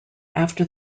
after